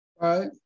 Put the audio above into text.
Right